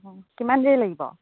কিমান দেৰি লাগিব